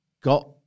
got